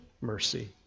mercy